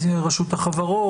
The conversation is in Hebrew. של רשות החברות,